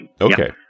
Okay